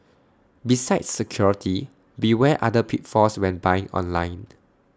besides security beware other pitfalls when buying online